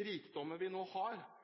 rikdommen vi nå har,